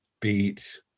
beat